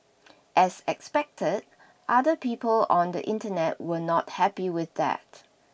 as expected other people on the Internet were not happy with that